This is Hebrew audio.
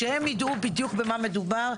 שהם ידעו בדיוק במה מדובר?